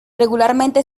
regularmente